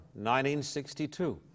1962